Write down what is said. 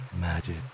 magic